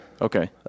Okay